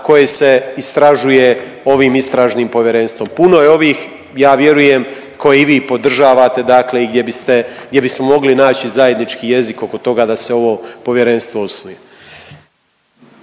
koje se istražuje ovim istražnim povjerenstvom. Puno je ovih ja vjerujem kao i vi podržavate, dakle i gdje bismo mogli naći zajednički jezik oko toga da se ovo povjerenstvo osnuje.